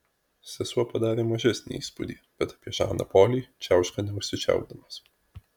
sesuo padarė mažesnį įspūdį bet apie žaną polį čiauška neužsičiaupdamas